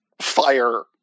fire